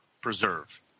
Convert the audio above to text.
preserve